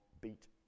beat